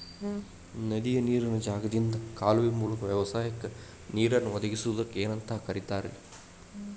ನದಿಯ ನೇರಿನ ಜಾಗದಿಂದ ಕಾಲುವೆಯ ಮೂಲಕ ವ್ಯವಸಾಯಕ್ಕ ನೇರನ್ನು ಒದಗಿಸುವುದಕ್ಕ ಏನಂತ ಕರಿತಾರೇ?